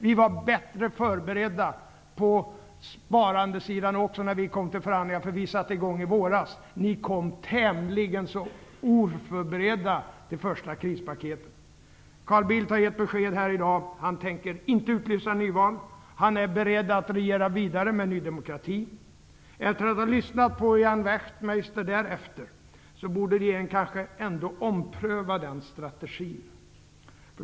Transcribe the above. Vi var bättre förberedda även på sparande när vi kom till förhandlingarna, för vi satte i gång i våras. Ni kom tämligen oförberedda till förhandlingarna om första krispaketet. Carl Bildt har gett besked i dag om att han inte tänker utlysa nyval. Han är beredd att regera vidare med Ny demokrati. Efter att därefter ha lyssnat på Ian Wachtmeister, borde regeringen kanske ändå ompröva den strategin.